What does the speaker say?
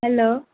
hello